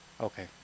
Okay